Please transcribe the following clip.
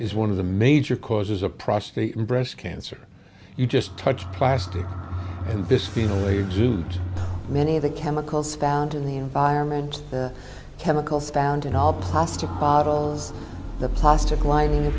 is one of the major causes of prostate and breast cancer you just touch plastic and visit many of the chemicals found in the environment the chemicals found in all plastic bottles the plastic lining